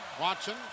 Watson